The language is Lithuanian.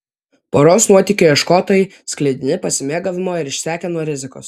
poros nuotykio ieškotojai sklidini pasimėgavimo ar išsekę nuo rizikos